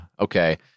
Okay